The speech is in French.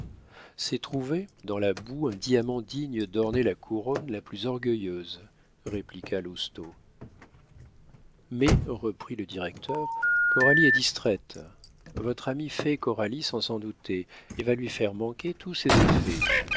c'est trouver dans la boue un diamant digne d'orner la couronne la plus orgueilleuse répliqua lousteau mais reprit le directeur coralie est distraite notre ami fait coralie sans s'en douter et va lui faire manquer tous ses effets